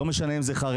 לא משנה אם זה חרדי,